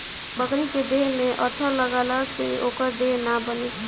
बकरी के देह में अठइ लगला से ओकर देह ना बने